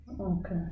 Okay